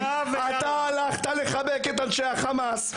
אתה הלכת לחבק את אנשי החמאס,